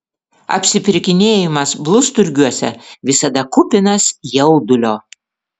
apsipirkinėjimas blusturgiuose visada kupinas jaudulio